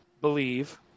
believe